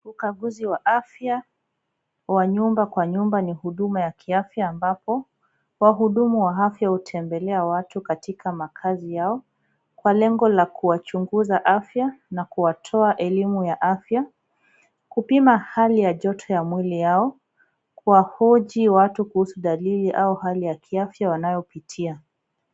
Ukaguzi wa afya wa nyumba kwa nyumba ni huduma ya kiafya ambapo wahudumu wa afya hutembelea watu katika makazi yao kwa lengo ya kuwachunguza afya na kutoa elimu ya afya, kupima hali ya joto ya mwili yao, kuwahoji watu kuhusu dalili au hali ya kiafya wanayopitia.